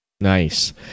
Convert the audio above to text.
Nice